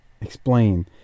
explain